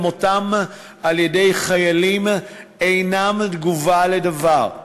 אל מותם על-ידי חיילים אינן תגובה לדבר,